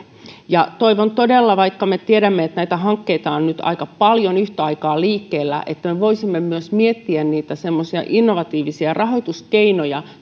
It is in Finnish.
ja toivon todella että vaikka me tiedämme että näitä hankkeita on nyt aika paljon yhtä aikaa liikkeellä niin me voisimme myös miettiä niitä semmoisia innovatiivisia rahoituskeinoja